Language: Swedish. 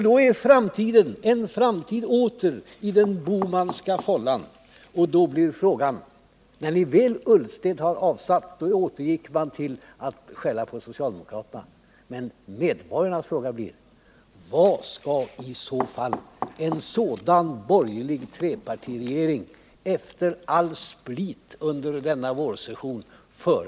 Då är framtiden en framtid i den Bohmanska fållan. När herr Ullsten väl avsatts återgår man till att skälla på socialdemokraterna. Men medborgarnas fråga blir: Vilken politik skall en sådan borgerlig trepartiregering i så fall föra efter all splittring under denna vårsäsong?